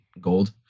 gold